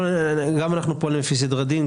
גם אנחנו פועלים לפי סדרי הדין,